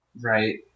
Right